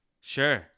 Sure